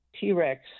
T-Rex